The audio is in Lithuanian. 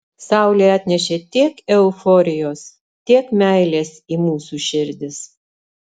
saulė atnešė tiek euforijos tiek meilės į mūsų širdis